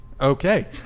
Okay